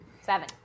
Seven